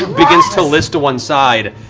begins to list to one side.